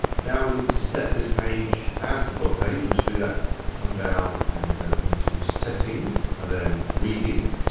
now we need to set this page as the blog page and to do that, and we'll come down and go into settings and then reading.